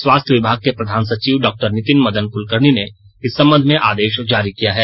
स्वास्थ्य विभाग के प्रधान सचिव डॉक्टर नितिन मदन कलकर्णी ने इस संबंध में आदेश जारी किया है